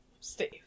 Steve